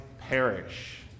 perish